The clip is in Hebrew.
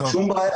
שום בעיה.